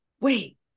wait